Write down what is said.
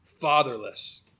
fatherless